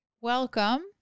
Welcome